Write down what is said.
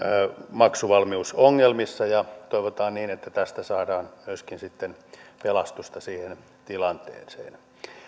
maksuvalmiusongelmissa ja toivotaan että tästä saadaan myöskin sitten pelastusta siihen tilanteeseen